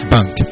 Bank